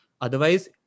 Otherwise